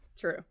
True